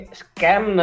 scam